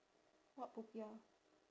what popiah